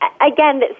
again